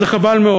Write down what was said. זה חבל מאוד.